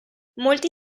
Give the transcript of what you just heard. molti